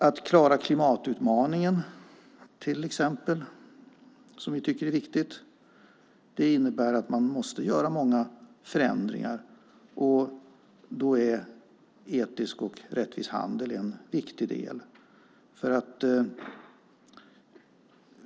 Det handlar till exempel om att klara klimatutmaningen; det tycker vi är viktigt. Det innebär att man måste göra många förändringar, och då är etisk och rättvis handel en viktig del.